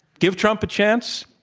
give trump a chance,